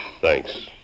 Thanks